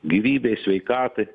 gyvybei sveikatai